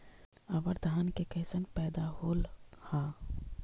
अबर धान के कैसन पैदा होल हा?